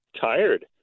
tired